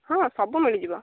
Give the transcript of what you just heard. ହଁ ସବୁ ମିଳିଯିବ